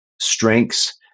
strengths